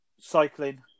cycling